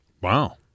wow